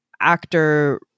actor